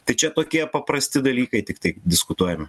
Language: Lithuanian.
tai čia tokie paprasti dalykai tiktai diskutuojami